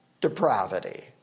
depravity